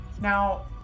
Now